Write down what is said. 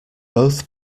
both